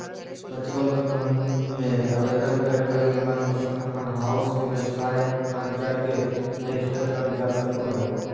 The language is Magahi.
म्यूचुअल फंड मे आवेदन करे लगी मनपसंद फंड हाउस के वेबसाइट पर जाके रेजिस्टर करल जा सको हय